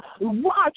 Watch